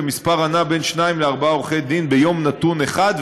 במספר הנע בין שניים לארבעה עורכי-דין ביום נתון אחד,